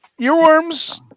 Earworms